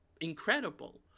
incredible